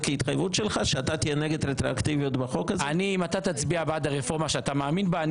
אם אתה תצביע בעד הרפורמה שאתה מאמין בה,